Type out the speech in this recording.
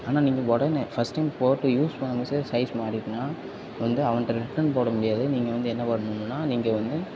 ஆனால் நீங்கள் உடனே ஃபர்ஸ்ட் டைம் போட்டு யூஸ் பண்ண மோஸ்ட்ல சைஸ் மாறிட்டுன்னா வந்து அவன்கிட்ட ரிட்டன் போட முடியாது நீங்கள் வந்து என்ன பண்ணணும்னா நீங்கள் வந்து